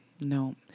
No